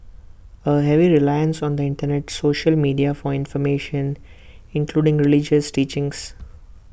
A heavy reliance on the Internet social media for information including religious teachings